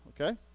Okay